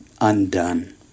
undone